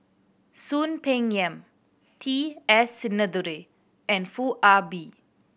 Soon Peng Yam T S Sinnathuray and Foo Ah Bee